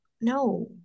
no